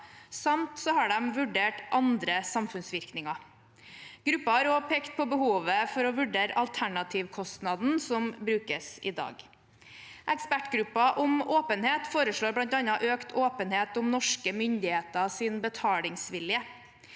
samt vurdert andre samfunnsvirkninger. Gruppen har også pekt på behovet for å vurdere alternativkostnaden som brukes i dag. Ekspertgruppen om åpenhet foreslår bl.a. økt åpenhet om norske myndigheters betalingsvilje.